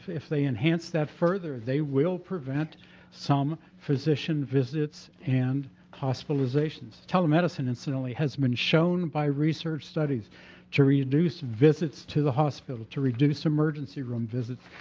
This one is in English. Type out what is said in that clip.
if they enhance that further they will prevent some physician visits and hospitalizations. telemedicine, incidentally, has been shown by research studies to reduce visits to the hospital, to reduce emergency room visits,